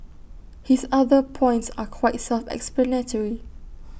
his other points are quite self explanatory